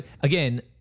again